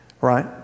Right